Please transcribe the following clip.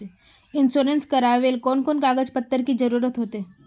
Insurance करावेल कोन कोन कागज पत्र की जरूरत होते?